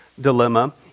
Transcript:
dilemma